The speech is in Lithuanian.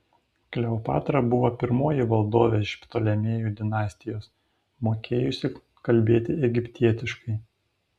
kleopatra buvo pirmoji valdovė iš ptolemėjų dinastijos mokėjusi kalbėti egiptietiškai